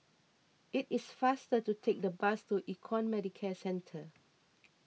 it is faster to take the bus to Econ Medicare Centre